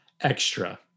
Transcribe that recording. extra